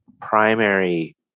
primary